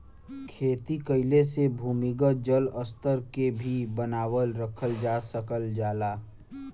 खेती कइले से भूमिगत जल स्तर के भी बनावल रखल जा सकल जाला